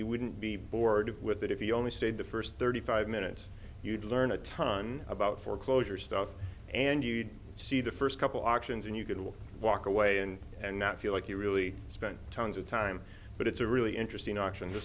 you wouldn't be bored with it if we only stayed the first thirty five minutes you'd learn a ton about foreclosure stuff and you'd see the first couple auctions and you could walk away and and not feel like you really spent tons of time but it's a really interesting auction